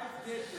מה ההבדל?